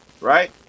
right